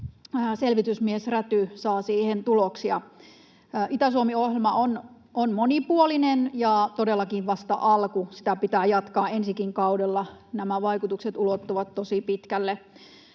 selvitysmies Räty saa siihen tuloksia. Itä-Suomi-ohjelma on monipuolinen ja todellakin vasta alku, sitä pitää jatkaa ensi kaudellakin. Nämä vaikutukset ulottuvat tosi pitkälle.